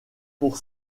pour